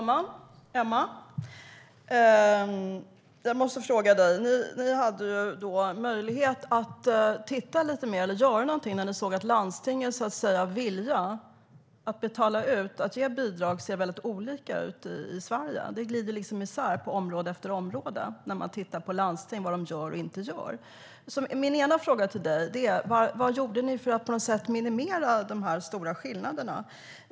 Herr talman! Jag måste fråga dig något, Emma Henriksson. Ni hade möjlighet att göra något när ni såg att landstingens vilja att betala ut bidrag ser väldigt olika ut i Sverige. Det glider isär på område efter område när man tittar på vad landstingen gör och inte gör. Min ena fråga till dig är: Vad gjorde ni för att minimera de stora skillnaderna?